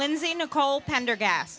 lindsay nicole pendergas